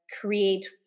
create